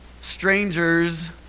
Strangers